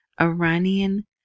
Iranian